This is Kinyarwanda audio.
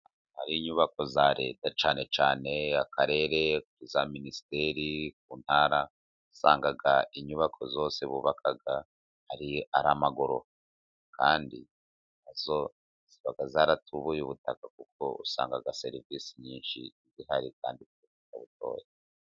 Inyubako za Leta cyane cyane akarere, za minisiteri, ku ntara, usanga inyubako zose bubaka ari amagorofa. Kandi nazo ziba zaratubuye ubutaka, kuko usanga serivisi nyinshi zihari kandi zitagoye.